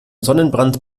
sonnenbrand